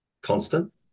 constant